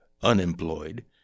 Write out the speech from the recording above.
unemployed